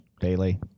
Daily